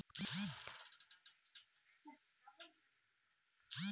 सेब Malus genus में सबसे व्यापक रूप से उगाई जाने वाली प्रजाति है